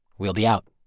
we'll be out